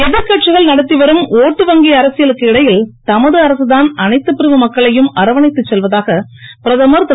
எதிர்க்கட்சிகள் நடத்தி வரும் ஓட்டு வங்கி அரசியலுக்கு இடையில் தமது அரசுதான் அனைத்துப் பிரிவு மக்களையும் அரவணைத்துச் செல்வதாக பிரதமர் திரு